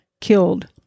killed